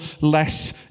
less